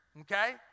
okay